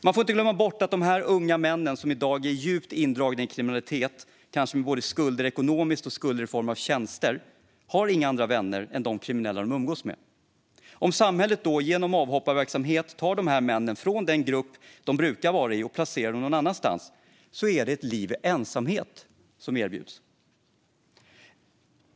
Man får inte glömma bort att de unga män som i dag är djupt indragna i kriminalitet, kanske med skulder både ekonomiskt och i form av tjänster, inte har några andra vänner än de kriminella de umgås med. Om samhället då genom avhopparverksamhet tar de här männen från den grupp de brukar vara i och placerar dem någon annanstans är det ett liv i ensamhet som erbjuds.